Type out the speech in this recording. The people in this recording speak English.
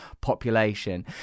population